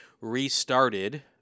restarted